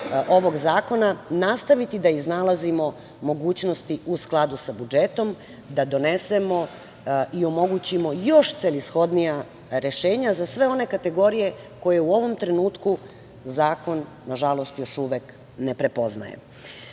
ovog zakona nastaviti da iznalazimo mogućnosti u skladu sa budžetom da donesemo i omogućimo još celishodnija rešenja za sve one kategorije koje u ovom trenutku zakon, na žalost, još uvek ne prepoznaje.